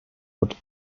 would